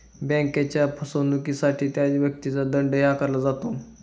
बँकेच्या फसवणुकीसाठी त्या व्यक्तीला दंडही आकारला जातो